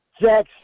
jack